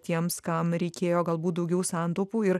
tiems kam reikėjo galbūt daugiau santaupų ir